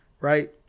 right